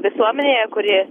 visuomenėje kuri